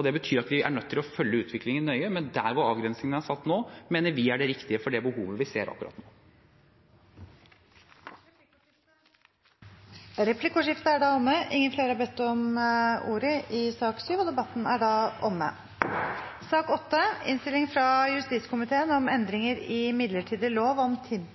Det betyr at vi er nødt til å følge utviklingen nøye, men avgrensningen som er satt, mener vi er riktig for det behovet vi ser akkurat nå. Replikkordskiftet er omme. Flere har ikke bedt om ordet til sak nr. 7. Etter ønske fra justiskomiteen vil presidenten ordne debatten